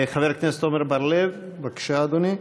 חבר הכנסת עמר בר-לב, בבקשה, אדוני.